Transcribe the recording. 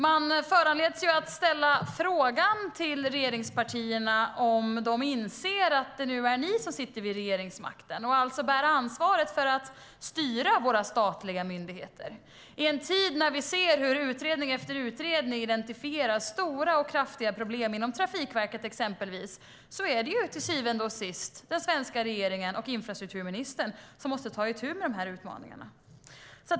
Man föranleds att ställa frågan till regeringspartierna om de inser att det nu är de som sitter vid regeringsmakten och alltså bär ansvaret för att styra våra statliga myndigheter. I en tid när vi ser hur utredning efter utredning identifierar stora och kraftiga problem inom exempelvis Trafikverket är det ju till syvende och sist den svenska regeringen och infrastrukturministern som måste ta itu med utmaningarna.